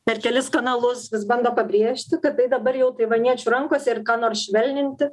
per kelis kanalus vis bando pabrėžti kad tai dabar jau taivaniečių rankose ir ką nors švelninti